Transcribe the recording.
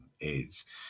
AIDS